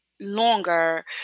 longer